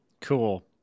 Cool